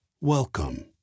Welcome